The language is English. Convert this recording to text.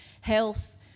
health